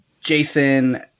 jason